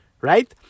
right